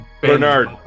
Bernard